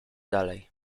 dalej